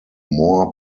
more